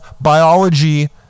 biology